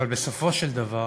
אבל בסופו של דבר